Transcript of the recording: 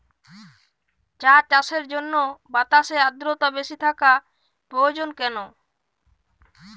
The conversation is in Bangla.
চা চাষের জন্য বাতাসে আর্দ্রতা বেশি থাকা প্রয়োজন কেন?